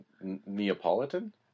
Neapolitan